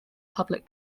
public